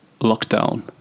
lockdown